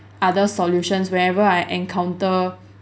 other solutions wherever I encounter